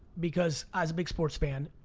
because, as a big sports fan,